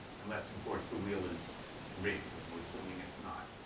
unless of course the wheel is rigged, and we're assuming it's not.